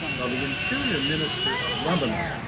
well, the interior minister of lebanon,